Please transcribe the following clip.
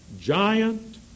Giant